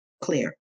clear